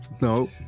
No